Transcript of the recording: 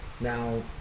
now